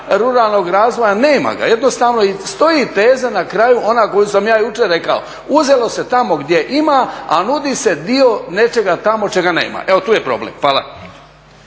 ruralnog razvoja, nema ga, jednostavno stoji teza na kraju ona koju sam ja jučer rekao, uzelo se tamo gdje ima, a nudi se dio nečega tamo čega nema. Evo, tu je problem. Hvala.